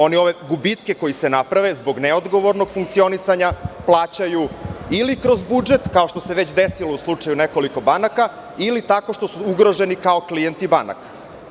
Oni ove gubitke koji se naprave zbog neodgovornog funkcionisanja plaćaju ili kroz budžet, kao što se već desilo u slučaju nekoliko banaka, ili tako što su ugroženi kao klijenti banaka.